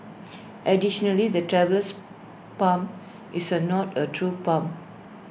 additionally the Traveller's palm is not A true palm